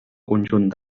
conjunt